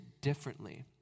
differently